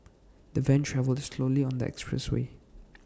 the van travelled slowly on the expressway